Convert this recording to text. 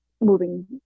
moving